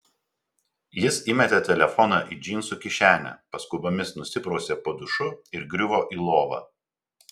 jis įmetė telefoną į džinsų kišenę paskubomis nusiprausė po dušu ir griuvo į lovą